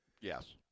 Yes